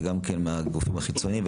וגם כן מהגופים החיצוניים,